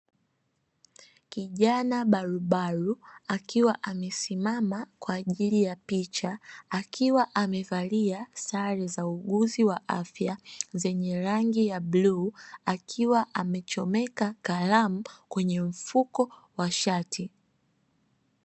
Kijana barubaru, akiwa amesimama kwa ajili ya picha, akiwa amevalia sare za wauguzi wa afya zenye rangi ya bluu, akiwa amechoneka kalamu kwenye mfuko wa shati.